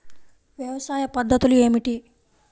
వ్యవసాయ పద్ధతులు ఏమిటి?